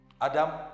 Adam